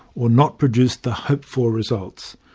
or not produce the hoped-for results.